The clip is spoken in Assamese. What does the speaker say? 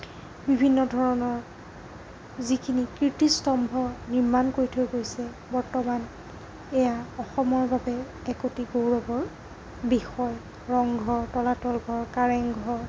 বিভিন্ন ধৰণৰ যিখিনি কীৰ্তিস্তম্ভ নিৰ্মাণ কৰি থৈ গৈছে বৰ্তমান এয়া অসমৰ বাবে একোটি গৌৰৱৰ বিষয় ৰংঘৰ তলাতলঘৰ কাৰেংঘৰ